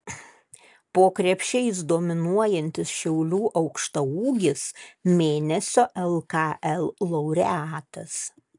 po krepšiais dominuojantis šiaulių aukštaūgis mėnesio lkl laureatas